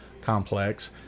Complex